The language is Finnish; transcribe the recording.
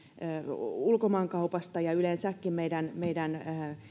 ulkomaankaupasta ja yleensäkin meidän meidän